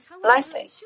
blessing